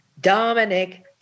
Dominic